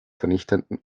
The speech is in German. vernichtenden